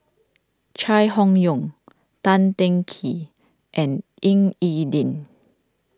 Chai Hon Yoong Tan Teng Kee and Ying E Ding